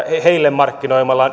markkinoimalla